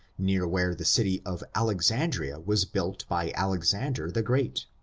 near where the city of alexandria was built by alexander the great.